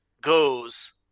goes